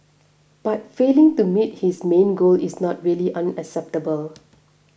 but failing to meet this main goal is not really unacceptable